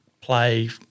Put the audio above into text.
play